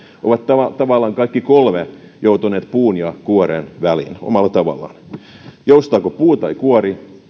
ovat tavallaan kaikki kolme joutuneet puun ja kuoren väliin joustaako puu tai kuori